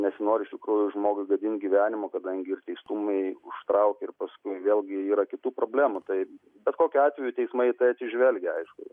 nesinori iš tikrųjų žmogui gadint gyvenimo kadangi ir teistumai užtraukia ir paskui vėlgi yra kitų problemų tai bet kokiu atveju teismai į tai atsižvelgia aišku